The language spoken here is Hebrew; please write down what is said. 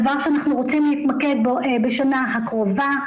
דבר שאנחנו רוצים להתמקד בו בשנה הקרובה,